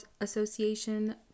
Association